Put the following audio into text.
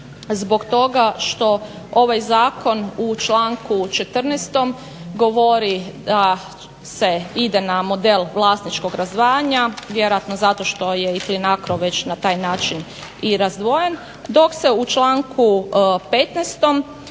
zbog toga što ovaj zakon u članku 14. govori da se ide na model vlasničkog razdvajanja, vjerojatno zato što je i PLINACRO već na taj način i razdvojen dok se u članku 15.